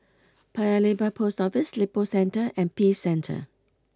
Paya Lebar Post Office Lippo Centre and Peace Centre